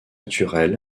naturel